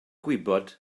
gwybod